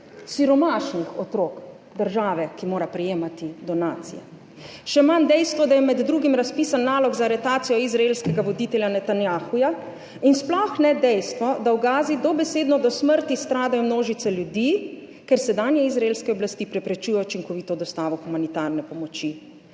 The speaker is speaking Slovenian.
siromašnih otrok države, ki mora prejemati donacije. Še manj dejstvo, da je med drugim razpisan nalog za aretacijo izraelskega voditelja Netanjahuja, in sploh ne dejstvo, da v Gazi dobesedno do smrti stradajo množice ljudi, ker sedanje izraelske oblasti preprečujejo učinkovito dostavo humanitarne pomoči.